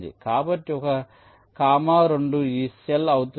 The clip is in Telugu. కాబట్టి 1 కామా 2 ఈ సెల్ అవుతుంది